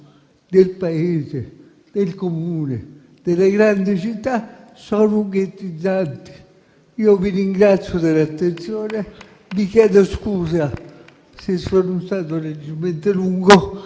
del Paese, del Comune, delle grandi città, sono ghettizzanti. Io vi ringrazio dell'attenzione e vi chiedo scusa se sono stato leggermente lungo,